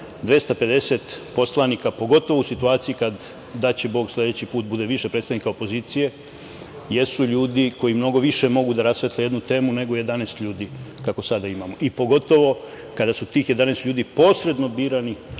250 poslanika, pogotovo u situaciji kad, daće bog, sledeći put bude više predstavnika opozicije, jesu ljudi koji mnogo više mogu da rasvetle jednu temu nego 11 ljudi, kako sada imamo, a pogotovo kada su tih 11 ljudi posredno birani,